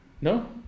No